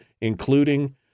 including